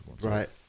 Right